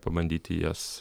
pabandyti jas